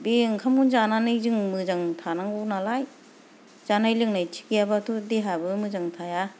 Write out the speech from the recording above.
बे ओंखामखौनो जानानै मोजां थानांगौ नालाय जानाय लोंनाय थिग गैयाबाथ' देहायाबो मोजां थाया